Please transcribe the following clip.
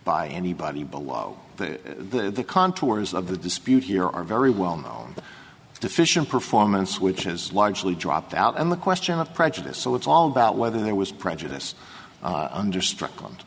by anybody below the contours of the dispute here are very well known deficient performance which is largely dropped out and the question of prejudice so it's all about whether there was prejudice under str